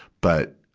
but,